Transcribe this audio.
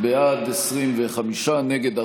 בעד, 25, נגד,